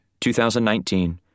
2019